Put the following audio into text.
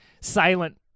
silent